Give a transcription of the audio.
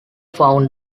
found